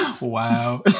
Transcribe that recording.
wow